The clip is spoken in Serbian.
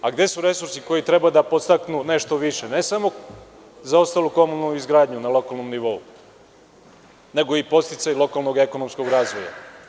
A gde su resursi koji treba da podstaknu nešto više, ne samo zaostalu komunalnu izgradnju na komunalnom nivou, nego i podsticaji lokalnog ekonomskog razvoja?